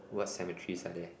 what cemeteries are there